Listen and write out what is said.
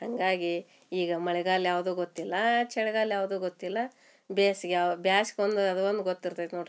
ಹಾಗಾಗಿ ಈಗ ಮಳೆಗಾಲ ಯಾವುದೋ ಗೊತ್ತಿಲ್ಲ ಚಳಿಗಾಲ ಯಾವುದೋ ಗೊತ್ತಿಲ್ಲ ಬೇಸಿಗೆ ಯಾವ ಬ್ಯಾಸ್ಗೆ ಒಂದು ಅದೊಂದು ಗೊತ್ತಿರ್ತೈತಿ ನೋಡ್ರಿ